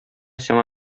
сиңа